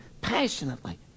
passionately